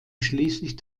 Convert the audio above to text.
schließlich